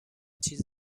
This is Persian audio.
چیز